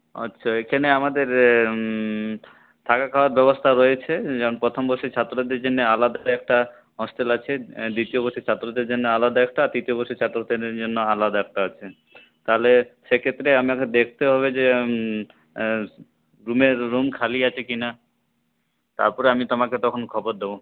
আচ্ছা এখানে আমাদের থাকা খাওয়ার ব্যবস্থা রয়েছে যেমন প্রথমবর্ষের ছাত্রদের জন্যে আলাদা একটা হস্টেল আছে দ্বিতীয় বর্ষের ছাত্রদের জন্য আলাদা একটা আর তৃতীয় বর্ষের ছাত্রদের জন্য আলাদা একটা আছে তাহলে সেক্ষেত্রে আমাকে দেখতে হবে যে রুমের রুম খালি আছে কিনা তারপরে আমি তোমাকে তখন খবর দেবো